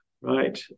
right